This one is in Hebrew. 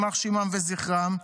יימח שמם וזכרם,